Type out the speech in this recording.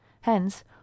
Hence